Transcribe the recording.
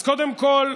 אז קודם כול,